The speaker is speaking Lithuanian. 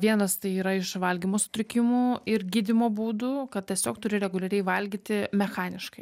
vienas tai yra iš valgymo sutrikimų ir gydymo būdų kad tiesiog turi reguliariai valgyti mechaniškai